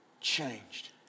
changed